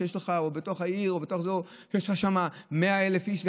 או בתוך העיר או באזור שיש שלך שם 100,000 איש,